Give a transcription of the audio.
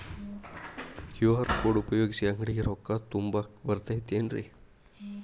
QR code ಉಪಯೋಗಿಸಿ, ಅಂಗಡಿಗೆ ರೊಕ್ಕಾ ತುಂಬಾಕ್ ಬರತೈತೇನ್ರೇ?